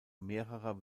mehrerer